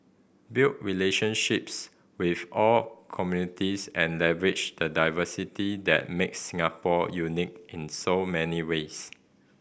build relationships with all communities and leverage the diversity that makes Singapore unique in so many ways